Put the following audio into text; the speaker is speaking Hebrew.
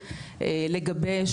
לגבש,